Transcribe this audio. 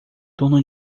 torno